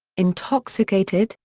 intoxicated,